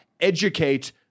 educate